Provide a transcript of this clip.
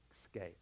escape